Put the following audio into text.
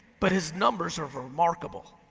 but his numbers are remarkable.